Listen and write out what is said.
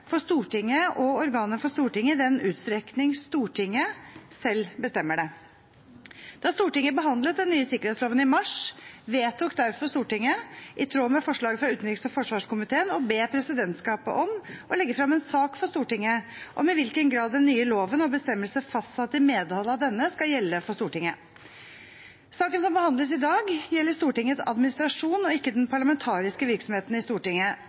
for Stortinget og organer for Stortinget i den utstrekning Stortinget selv bestemmer det. Da Stortinget behandlet den nye sikkerhetsloven i mars, vedtok derfor Stortinget, i tråd med forslaget fra utenriks- og forsvarskomiteen, å be presidentskapet om å legge frem en sak for Stortinget om i hvilken grad den nye loven og bestemmelsene fastsatt i medhold av denne, skal gjelde for Stortinget. Saken som behandles i dag, gjelder Stortingets administrasjon og ikke den parlamentariske virksomheten i Stortinget.